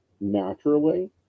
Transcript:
naturally